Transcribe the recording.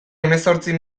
hemezortzi